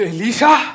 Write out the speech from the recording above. Elisha